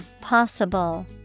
Possible